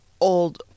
old